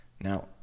now